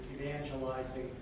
evangelizing